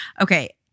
okay